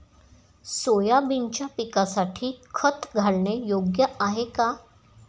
सोयाबीनच्या पिकासाठी खत घालणे योग्य आहे का?